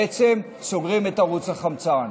בעצם סוגרים את ערוץ החמצן.